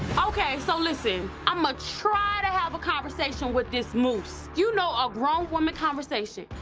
okay, so listen. i'mma try to have a conversation with this moose. you know a grown woman conversation.